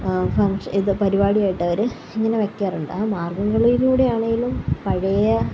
ഫങ്ഷ ഇത് പരിപാടി ആയിട്ടവര് ഇങ്ങനെ വയ്ക്കാറുണ്ട് ആ മാർഗംകളിയിലൂടെയാണേലും പഴയ